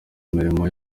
mirimo